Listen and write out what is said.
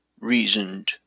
reasoned